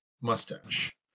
Mustache